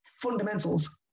fundamentals